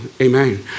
amen